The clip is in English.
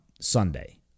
Sunday